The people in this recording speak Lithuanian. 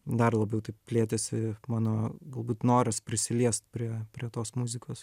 dar labiau plėtėsi mano galbūt noras prisiliest prie prie tos muzikos